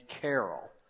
Carol